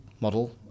model